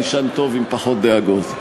נישן טוב עם פחות דאגות.